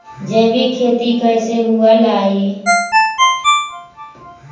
जैविक खेती कैसे हुआ लाई?